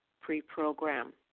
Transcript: pre-program